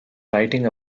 writing